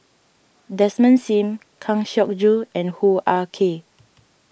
Desmond Sim Kang Siong Joo and Hoo Ah Kay